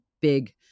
big